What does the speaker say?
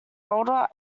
older